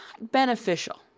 beneficial